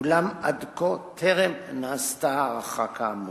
אולם עד כה טרם נעשתה הערכה כאמור.